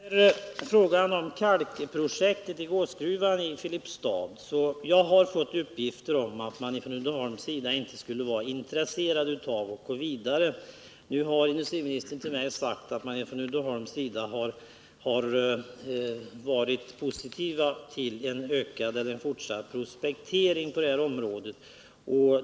Herr talman! När det gäller frågan om kalkprojektet i Gåsgruvan i Filipstad har jag fått uppgifter om att man från Uddeholmsbolagets sida inte skulle vara intresserad av att gå vidare. Nu har industriministern sagt till mig att Uddeholmsbolaget har varit positivt till en fortsatt prospektering på detta område.